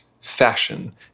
fashion